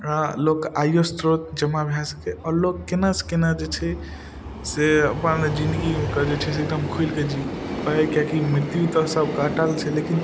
लोक आयो स्रोत जमा भऽ सकैए आओर लोक कोनासँ कोना जे छै से अपन जिनगीके जे छै से एकदम खुलिकऽ जी पाबै किएकि मृत्यु तऽ सबके अटल छै लेकिन